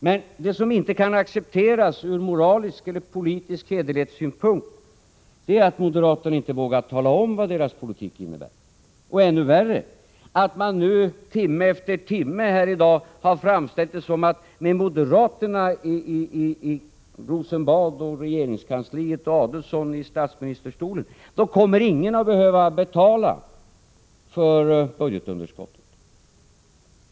Men det som inte kan accepteras ur moralisk eller politisk hederlighetssynpunkt är att moderaterna inte vågar tala om vad deras politik innebär. Och vad som är ännu värre: Man har här i dag timme efter timme hävdat att med moderaterna i Rosenbad och regeringskansliet och med Ulf Adelsohn i statsministerstolen kommer ingen att behöva betala för budgetunderskotten.